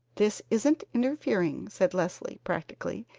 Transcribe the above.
this isn't interfering, said leslie practically,